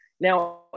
now